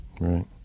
right